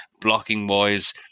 Blocking-wise